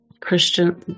christian